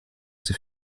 ses